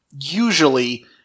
Usually